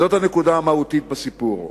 זאת הנקודה המהותית בסיפור.